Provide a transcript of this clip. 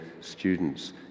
students